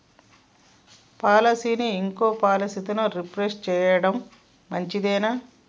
పాలసీని ఇంకో పాలసీతో రీప్లేస్ చేయడం మంచిదేనా?